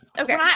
Okay